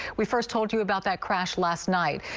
we first told you about that crash last night.